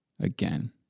again